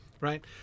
right